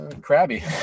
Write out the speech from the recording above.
crabby